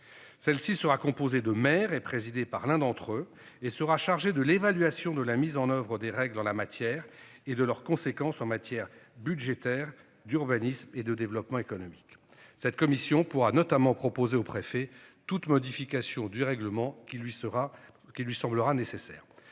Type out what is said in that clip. Celle-ci sera composée de mer et présidée par l'un d'entre eux et sera chargée de l'évaluation de la mise en oeuvre des règles en la matière et de leurs conséquences en matière budgétaire, d'urbanisme et de développement économiques. Cette commission pourra notamment proposer au préfet toute modification du règlement qui lui sera qui